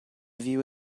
view